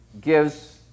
gives